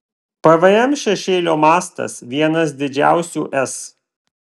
pvm šešėlio mastas vienas didžiausių es